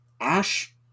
Ash